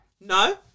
No